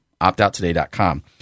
optouttoday.com